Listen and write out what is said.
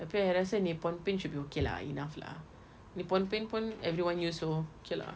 tapi I rasa Nippon Paint should be okay lah enough lah Nippon Paint pun everyone use also okay lah